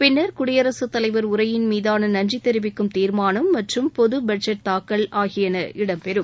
பின்னா் குடியரசுத்தலைவா் உரையின் மீதானநன்றிதெிவிக்கும் தீர்மானம் மற்றும் பொதுபட்ஜெட் தாக்கல் ஆகியன இடம் பெறும்